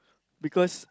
because